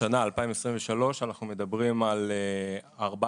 השנה, 2023, אנחנו מדברים על ארבעה: